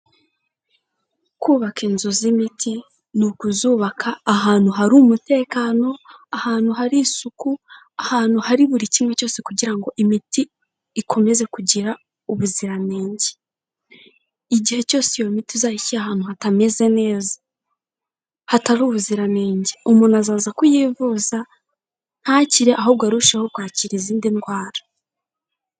Kubaka inzu z'imiti, ni ukuzubaka ahantu hari umutekano, ahantu hari isuku, ahantu hari buri kimwe cyose kugira imiti ikomeze kugira ubuziranenge, igihe cyose iyo miti iza ahantu hatameze neza, hatari ubuziranenge umuntu azaza kuyivuza, ntakire ahubwo arusheho kwakira izindi ndwara.